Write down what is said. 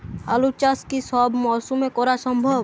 আলু চাষ কি সব মরশুমে করা সম্ভব?